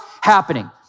happening